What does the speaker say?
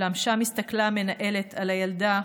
אולם שם הסתכלה המנהלת על הילדה,